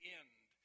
end